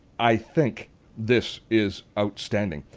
i think this is outstanding.